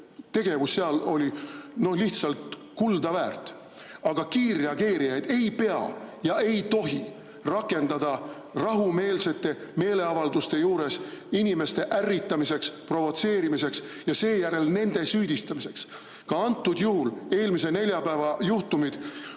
tegevus seal oli lihtsalt kuldaväärt. Aga kiirreageerijaid ei pea rakendama ega tohi rakendada rahumeelsetel meeleavaldustel inimeste ärritamiseks, provotseerimiseks ja seejärel nende süüdistamiseks. Ka eelmise neljapäeva juhtumitel